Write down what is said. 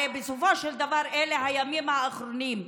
הרי בסופו של דבר אלה הימים האחרונים,